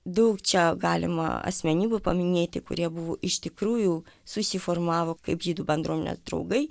daug čia galima asmenybių paminėti kurie buvo iš tikrųjų susiformavo kaip žydų bendruomenės draugai